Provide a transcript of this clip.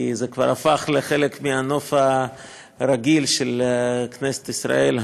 כי האירוע השנתי הזה כבר הפך לחלק מהנוף הרגיל של כנסת ישראל,